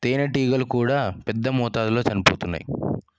తేనెటీగలు కూడా పెద్ద మోతాదులో చనిపోతున్నాయి